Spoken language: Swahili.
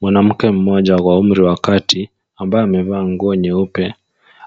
Mwanamke mmoja wa umri wa kati ambaye amevaa nguo nyeupe